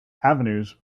avenues